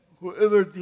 whoever